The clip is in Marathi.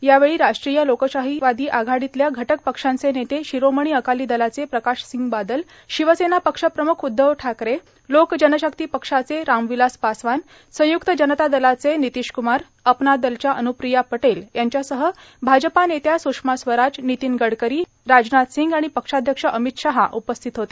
यावेळी राष्ट्रीय लोकशाहीवादी आघाडीतल्या घटक पक्षांचे नेते शिरोमणी अकाली दलाचे प्रकाशसिंह बादल शिवसेना पक्षप्रमुख उद्धव ठाकरे लोक जनशक्ती पक्षाचे रामविलास पासवान संयुक्त जनता दलाचे नीतीशकुमार अपना दलच्या अन्ग्रप्रिया पटेल यांच्यासह भाजपा नेत्या स्रषमा स्वराज नीतीन गडकरी राजनाथ सिंग आणि पक्षाध्यक्ष अमित शहा उपस्थित होते